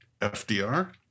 fdr